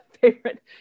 favorite